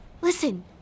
listen